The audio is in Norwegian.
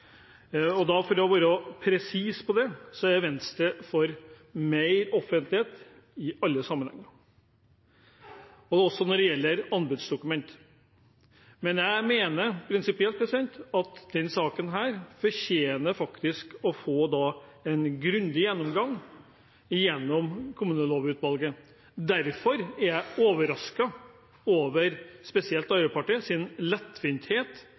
For å være presis: Venstre er for mer offentlighet i alle sammenhenger, også når det gjelder anbudsdokumenter. Jeg mener prinsipielt at denne saken fortjener å få en grundig gjennomgang i kommunelovutvalget. Derfor er jeg overrasket over spesielt Arbeiderpartiets lettvinthet når det gjelder dette. Jeg hadde forventet at Arbeiderpartiet